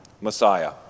Messiah